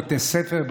בבתי ספר,